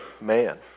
man